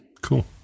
Cool